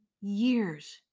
years